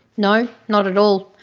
no, not at all.